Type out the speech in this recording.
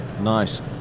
Nice